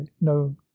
no